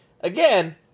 again